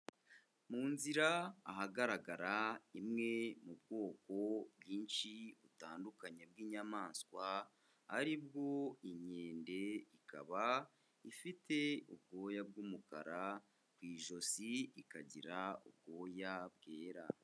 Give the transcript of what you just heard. Mu nzira ahagaragara imwe mu bwoko bwinshi butandukanye bw'inyamaswa, ari bwo inkende, ikaba ifite ubwoya bw'umukara, ku ijosi ikagira ubwoya bwera.